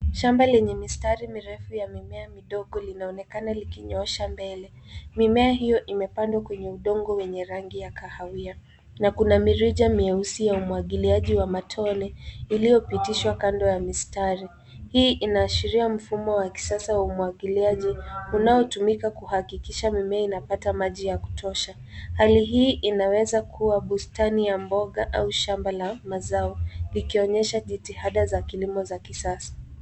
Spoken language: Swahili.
Shamba lenye mistari mirefu ya mimea midogo, linaonekana likinyoosha mbele. Mimea hiyo imepandwa kwenye udongo wenye rangi ya kahawia na kuna mirija mieusi ya umwagiliaji wa matone, iliyopitishwa kando ya mistari. Hii inaashiria mfumo wa kisasa wa umwagiliaji, unaotumika kuhakikisha mimea inapata maji ya kutosha. Hali hii inaweza kuwa bustani ya mboga au shamba la mazao, likionyesha jitihada za kilimo za kisasa.